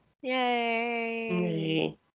Yay